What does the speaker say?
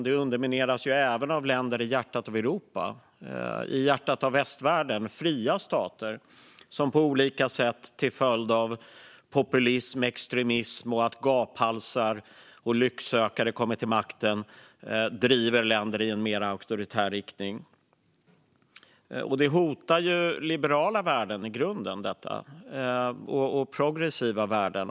Det undermineras även av länder i hjärtat av Europa, i hjärtat av västvärlden. Det handlar om fria stater som på olika sätt - till följd av populism, av extremism och av att gaphalsar och lycksökare kommer till makten - driver utvecklingen i en mer auktoritär riktning. Detta hotar i grunden liberala värden och progressiva värden.